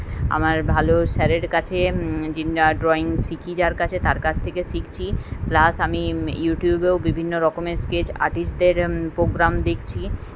আমার ভালো স্যারের কাছে যিনি ড্রইং শিখি যার কাছে তার কাছ থেকে শিখছি প্লাস আমি ইউটিউবেও বিভিন্ন রকমের স্কেচ আর্টিস্টদের পোগ্রাম দেখছি